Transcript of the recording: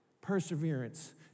perseverance